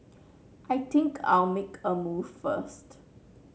I think I'll make a move first